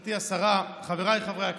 גברתי השרה, חבריי חברי הכנסת,